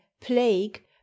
plague